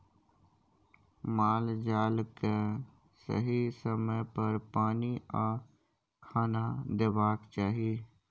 माल जाल केँ सही समय पर पानि आ खाना देबाक चाही